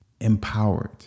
Empowered